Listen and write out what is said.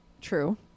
True